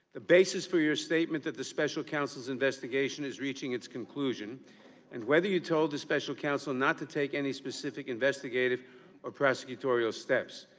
the basis for your statement at the special counsel's investigation reaching its conclusion and whether you told the special counsel not to take any specific investigative or prosecutorial steps.